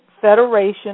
Federation